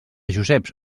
joseps